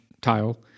tile